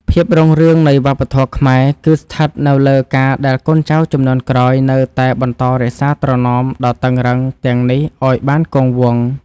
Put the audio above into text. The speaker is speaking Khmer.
ភាពរុងរឿងនៃវប្បធម៌ខ្មែរ គឺស្ថិតនៅលើការដែលកូនចៅជំនាន់ក្រោយនៅតែបន្តរក្សាត្រណមដ៏តឹងរ៉ឹងទាំងនេះឱ្យបានគង់វង្ស។